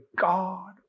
God